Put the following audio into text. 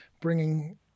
bringing